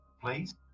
please